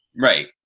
Right